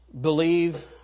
believe